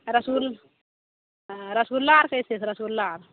आ रसगुल आ रसगुल्ला आर कैसे छै रसगुल्ला